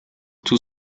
tout